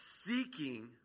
seeking